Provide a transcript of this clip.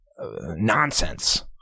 nonsense